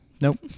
Nope